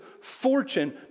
fortune